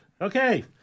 Okay